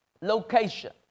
location